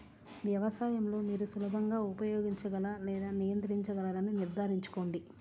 వ్యవసాయం లో మీరు సులభంగా ఉపయోగించగల లేదా నియంత్రించగలరని నిర్ధారించుకోండి